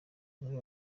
bamwe